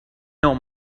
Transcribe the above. not